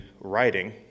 writing